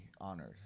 honored